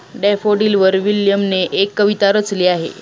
डॅफोडिलवर विल्यमने एक कविता रचली आहे